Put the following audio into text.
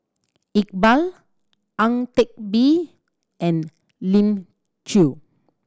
Iqbal Ang Teck Bee and Elim Chew